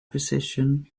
position